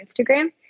Instagram